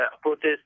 protest